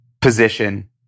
position